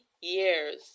years